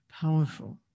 powerful